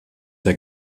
der